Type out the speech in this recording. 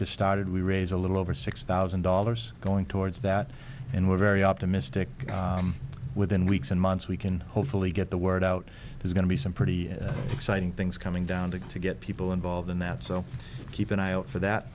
just started we raise a little over six thousand dollars going towards that and we're very optimistic within weeks and months we can hopefully get the word out is going to be some pretty exciting things coming down to to get people involved in that so keep an eye out